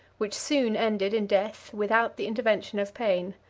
which soon ended in death, without the intervention of pain.